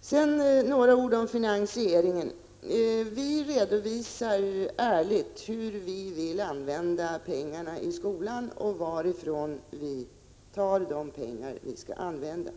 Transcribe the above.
Sedan några ord om finansieringen. Vi redovisar ärligt hur vi vill använda pengarna till skolan och varifrån de tas.